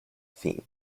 theme